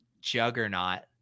juggernaut